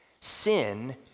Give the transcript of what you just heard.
sin